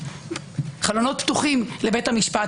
חלונות פתוחים לבית המשפט.